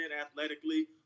athletically